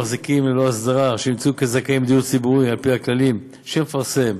מחזיקים ללא הסדרה שנמצאו זכאים לדיור ציבורי על פי הכללים שמשרד